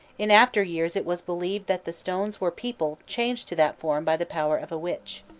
in after years it was believed that the stones were people changed to that form by the power of a witch.